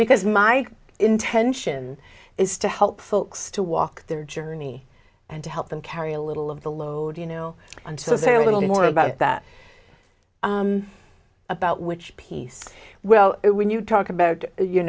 because my intention is to help folks to walk their journey and to help them carry a little of the load you know until it's a little bit more about that about which piece well when you talk about you